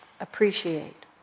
appreciate